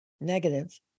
negative